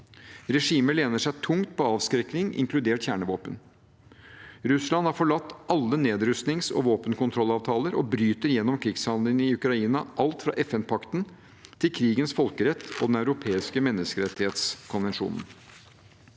Regimet lener seg tungt på avskrekking, inkludert kjernevåpen. Russland har forlatt alle nedrustnings- og våpenkontrollavtaler og bryter gjennom krigshandlingene i Ukraina alt fra FN-pakten til krigens folkerett og den europeiske menneskerettighetskonvensjonen.